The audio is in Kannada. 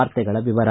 ವಾರ್ತೆಗಳ ವಿವರ